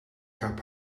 heb